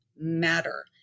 matter